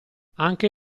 anche